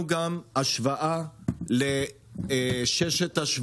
"וארור האומר: נקום!" "ארור האומר: